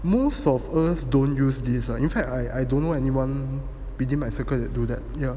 most of us don't use this in fact I I don't know anyone between my circle that do that